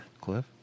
Cliff